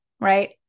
right